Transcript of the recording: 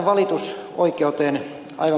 aivan kuten ed